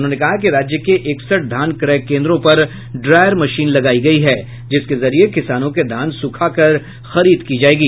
उन्होंने कहा कि राज्य के एकसठ धान क्रय केन्द्रों पर ड्रायर मशीन लगायी गयी है जिसके जरिये किसानों के धान सुखाकर खरीद की जायेगी